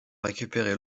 récupérer